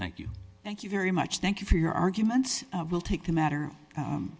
thank you thank you very much thank you for your arguments will take the matter